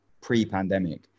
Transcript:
pre-pandemic